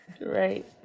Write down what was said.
Right